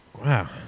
Wow